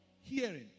hearing